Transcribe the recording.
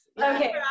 Okay